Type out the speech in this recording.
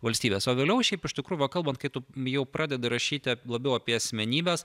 valstybėse o vėliau šiaip iš tikrųjų va kalbant kai tu jau pradeda rašyti labiau apie asmenybes